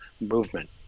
movement